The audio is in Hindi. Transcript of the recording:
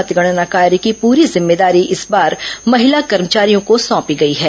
मतगणना कार्य की पूरी जिम्मेदारी इस बार महिला कर्मचारियों को सौंपी गई है